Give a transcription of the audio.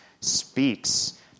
speaks